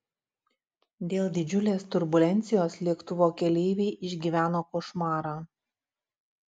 dėl didžiulės turbulencijos lėktuvo keleiviai išgyveno košmarą